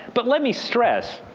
but let me stress.